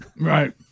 right